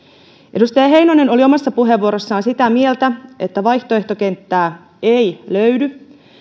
edustaja heinonen oli omassa puheenvuorossaan sitä mieltä että vaihtoehtokenttää ei löydy